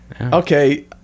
Okay